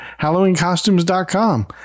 halloweencostumes.com